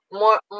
more